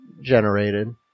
generated